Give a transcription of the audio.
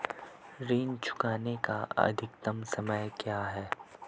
ऋण चुकाने का अधिकतम समय क्या है?